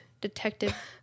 Detective